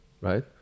right